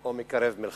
או מקרב מלחמה.